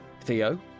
Theo